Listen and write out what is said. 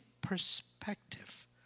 perspective